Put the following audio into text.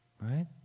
Right